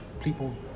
people